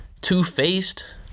two-faced